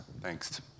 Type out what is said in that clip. Thanks